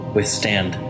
withstand